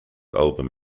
album